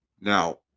Now